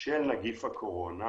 של נגיף הקורונה,